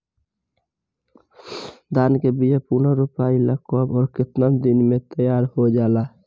धान के बिया पुनः रोपाई ला कब और केतना दिन में तैयार होजाला?